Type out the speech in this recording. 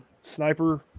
Sniper